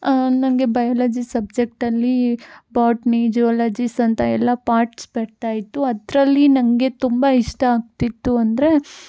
ನನಗೆ ಬಯಲಜಿ ಸಬ್ಜೆಕ್ಟಲ್ಲಿ botany zoologies ಅಂತ ಎಲ್ಲ ಪಾಟ್ಸ್ ಬರ್ತಾ ಇತ್ತು ಅದರಲ್ಲಿ ನನಗೆ ತುಂಬ ಇಷ್ಟ ಆಗ್ತಿತ್ತು ಅಂದರೆ